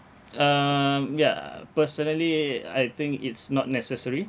um ya personally I think it's not necessary